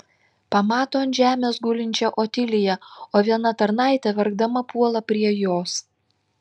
pamato ant žemės gulinčią otiliją o viena tarnaitė verkdama puola prie jos